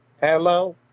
Hello